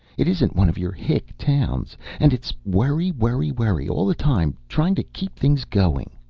it isn't one of your hick towns. and it's worry, worry, worry all the time, trying to keep things going.